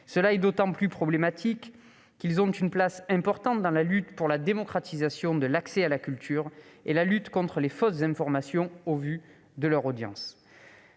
Cela est d'autant plus problématique qu'ils occupent une place importante dans la lutte pour la démocratisation de l'accès à la culture et la lutte contre les fausses informations, au vu de leurs audiences.